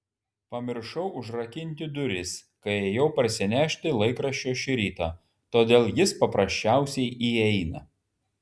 pamiršau užrakinti duris kai ėjau parsinešti laikraščio šį rytą todėl jis paprasčiausiai įeina